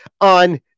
on